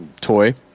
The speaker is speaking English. toy